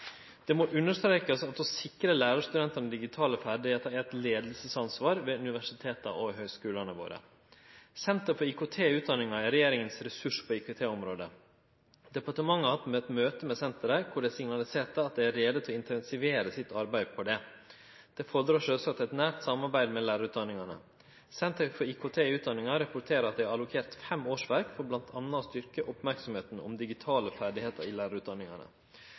Det må understrekast at å sikre lærarstudentane digitale ferdigheiter er eit leiingsansvar ved universiteta og høgskulane våre. Senter for IKT i utdanninga er regjeringa si ressurs på IKT-området. Departementet har hatt eit møte med senteret der dei signaliserte at dei er klare til å intensivere sitt arbeid på det. Det fordrar sjølvsagt eit nært samarbeid med lærarutdanningane. Senter for IKT i utdanninga rapporterer at dei har rokert fem årsverk for m.a. å styrkje merksemda om digitale ferdigheiter i lærarutdanningane.